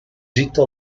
gita